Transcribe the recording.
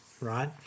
Right